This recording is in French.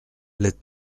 les